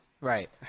Right